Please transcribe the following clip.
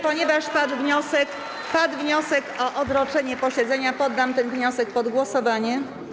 Ponieważ padł wniosek formalny o odroczenie posiedzenia, poddam ten wniosek pod głosowanie.